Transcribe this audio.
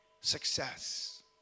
success